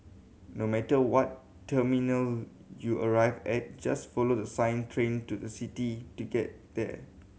no matter what terminal you arrive at just follow the sign Train to the City to get there